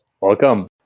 welcome